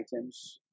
items